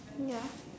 ya